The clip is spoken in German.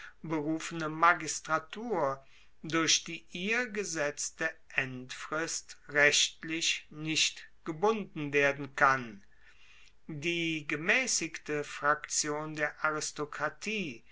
berufene magistratur durch die ihr gesetzte endfrist rechtlich nicht gebunden werden kann die gemaessigte fraktion der aristokratie